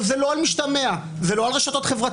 זה לא על משתמע, זה לא על רשתות חברתיות,